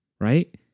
right